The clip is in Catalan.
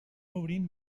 obrint